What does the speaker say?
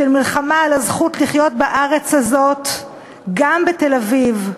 של מלחמה על הזכות לחיות בארץ הזאת גם בתל-אביב,